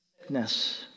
sickness